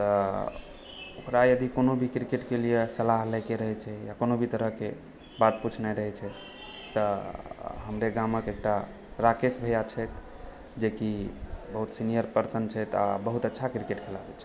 तऽ ओकरा यदि कोनो भी क्रिकेटके लिए सलाह लैके रहै छै या कोइ भी तरहकेँ बात पूछनाइ रहै छै तऽ हमरे गामक एकटा राकेश भैया छथि जेकि बहुत सीनियर पर्सन छथि आओर बहुत अच्छा क्रिकेट खेलाइ छथि